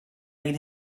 made